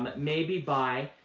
maybe by